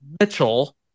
Mitchell